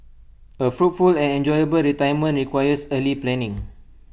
A fruitful and enjoyable retirement requires early planning